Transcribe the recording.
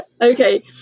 Okay